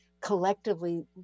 collectively